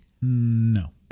No